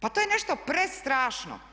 Pa to je nešto prestrašno.